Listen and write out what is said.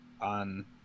on